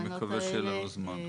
אני מקווה שיהיה לנו זמן.